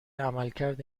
عملکرد